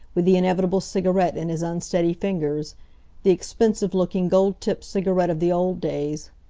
with the inevitable cigarette in his unsteady fingers the expensive-looking, gold-tipped cigarette of the old days.